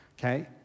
Okay